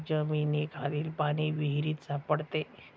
जमिनीखालील पाणी विहिरीत सापडते